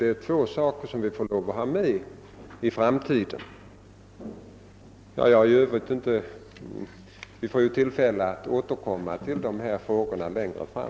Detta måste vi ha med i bilden i framtiden; vi får som sagt tillfälle återkomma till dessa frågor längre fram.